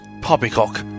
Poppycock